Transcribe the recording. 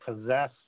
possess